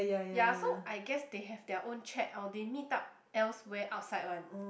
ya so I guess they have their own chat or they meet up elsewhere outside one